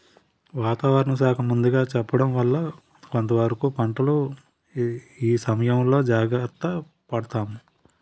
వాతావరణ శాఖ ముందుగా చెప్పడం వల్ల కొంతవరకు పంటల ఇసయంలో జాగర్త పడతాము